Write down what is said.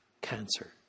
cancer